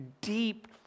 deep